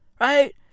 Right